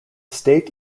state